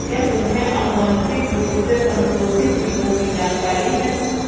क्या तुम्हें आनुवंशिक रूप से संशोधित जीवों की जानकारी है?